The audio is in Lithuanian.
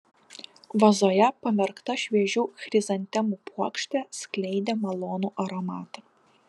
vazoje pamerkta šviežių chrizantemų puokštė skleidė malonų aromatą